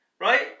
Right